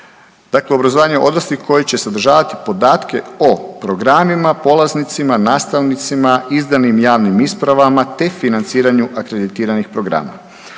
dakle obrazovanje odraslih koje će sadržavati podatke o programima, polaznicima, nastavnicima, izdanim javnim ispravama te financiranju akreditiranih programa.